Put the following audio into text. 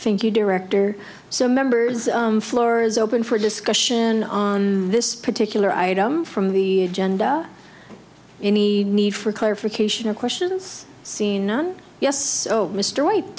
thank you director so members floor is open for discussion on this particular item from the genda any need for clarification of questions seen on yes so mr w